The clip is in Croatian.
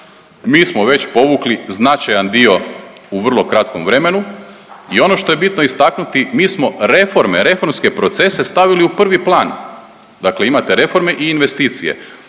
mi smo već povukli značajan dio u vrlo kratkom vremenu. I ono što je bitno istaknuti mi smo reforme, reformske procese stavili u prvi plan. Dakle, imate reforme i investicije.